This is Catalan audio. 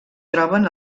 troben